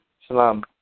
Shalom